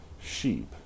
sheep